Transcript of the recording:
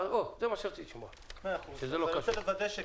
גידול פרגיות ושיווקן 13. (א)לא יגדל אדם פרגיות אלא אם כן הוא קיבל